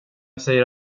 säger